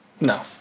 No